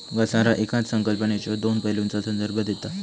घसारा येकाच संकल्पनेच्यो दोन पैलूंचा संदर्भ देता